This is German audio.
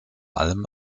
allem